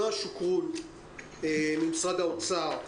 נועה שוקרון ממשרד האוצר,